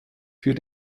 für